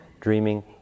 Dreaming